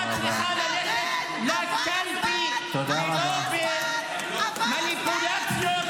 צריכה ללכת לקלפי ולא במניפולציות של,